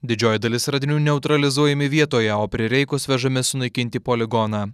didžioji dalis radinių neutralizuojami vietoje o prireikus vežami sunaikint į poligoną